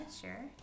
sure